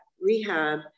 rehab